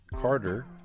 Carter